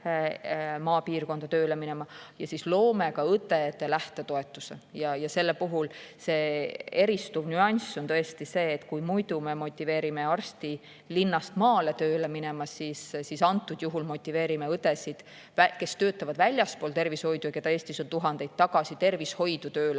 maapiirkonda tööle minema. Ja [nüüd] loome ka õdede lähtetoetuse. Selle puhul on eristuv nüanss tõesti see, et kui muidu me motiveerime arsti linnast maale minema tööle, siis antud juhul motiveerime õdesid, kes töötavad väljaspool tervishoidu ja keda Eestis on tuhandeid, tulema tagasi tööle